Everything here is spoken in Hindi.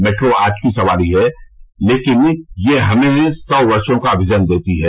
मेट्रो आज की सवारी है लेकिन यह हमें सौ वर्षों का विजन देती है